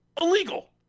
illegal